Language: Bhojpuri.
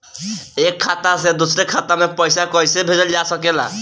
एक खाता से दूसरे खाता मे पइसा कईसे भेजल जा सकेला?